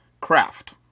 craft